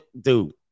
dude